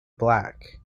black